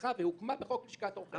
הוסמכה והוקמה בחוק לשכת עורכי הדיןן.